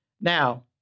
Now